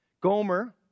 Gomer